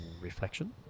reflection